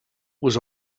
was